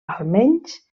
almenys